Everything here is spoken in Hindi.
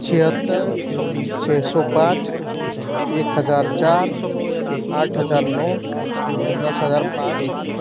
छिहत्तर छः सो पाँच एक हजार चार आठ हजार नौ दस हजार पाँच